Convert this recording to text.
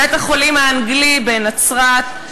בית-החולים האנגלי בנצרת,